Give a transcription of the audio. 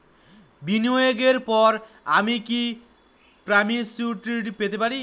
বিনিয়োগের পর আমি কি প্রিম্যচুরিটি পেতে পারি?